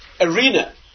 arena